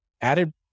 added